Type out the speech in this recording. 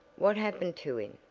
what happened to him?